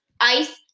ice